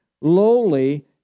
lowly